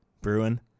Bruin